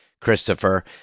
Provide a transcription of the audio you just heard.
christopher